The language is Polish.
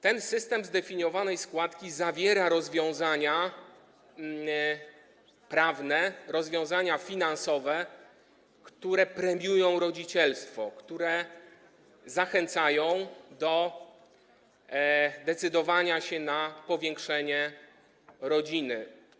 Ten system zdefiniowanej składki zawiera rozwiązania prawne, rozwiązania finansowe, które premiują rodzicielstwo, które zachęcają do decydowania się na powiększenie rodziny.